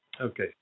Okay